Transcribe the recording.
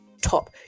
top